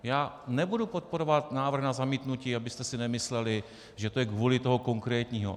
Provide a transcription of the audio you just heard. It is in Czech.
Já nebudu podporovat návrh na zamítnutí, abyste si nemysleli, že to je kvůli tomu konkrétnímu.